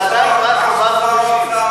זה עדיין רק ארבעה חודשים.